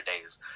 days